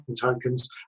tokens